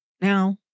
Now